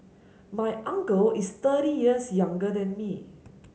my uncle is thirty years younger than me